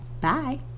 bye